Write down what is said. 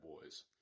boys